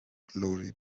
glory